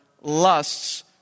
lusts